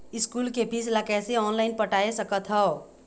School के fees ला कैसे ऑनलाइन पटाए सकत हव?